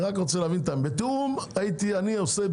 בתיאום - אני הייתי עושה.